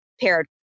paired